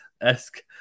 esque